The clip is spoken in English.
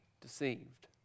deceived